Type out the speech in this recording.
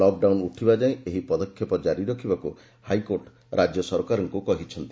lockdown ଉଠିବା ଯାଏଁ ଏହି ପଦକ୍ଷେପ ଜାରି ରଖିବାକୁ ହାଇକୋର୍ଟ ରାଜ୍ୟ ସରକାରଙ୍କୁ କହିଚ୍ଚନ୍ତି